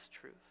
truth